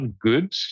good